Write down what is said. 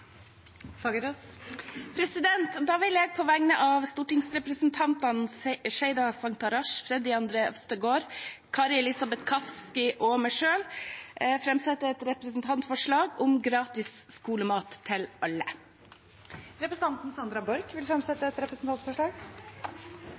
vil på vegne av stortingsrepresentantene Sheida Sangtarash, Freddy André Øvstegård, Kari Elisabeth Kaski og meg selv framsette et representantforslag om gratis skolemat til alle. Representanten Sandra Borch vil